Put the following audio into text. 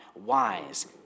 wise